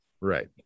Right